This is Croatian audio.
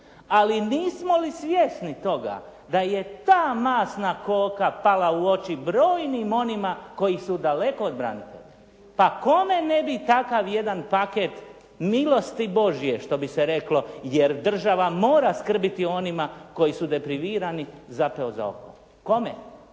Ali nismo li svjesni toga da je ta masna koka pala u oči brojnim onima koji su daleko od branitelja. Pa kome ne bi takav jedan paket milosti Božje što bi se reklo jer država mora skrbiti o onima koji su deprimirani, zapeo za oko. Kome?